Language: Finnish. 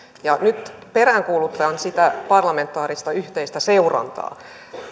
nyt peräänkuulutan sitä parlamentaarista yhteistä seurantaa